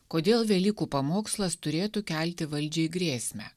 kodėl velykų pamokslas turėtų kelti valdžiai grėsmę